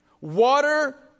water